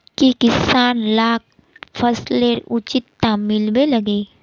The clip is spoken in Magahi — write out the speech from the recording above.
की किसान लाक फसलेर उचित दाम मिलबे लगे?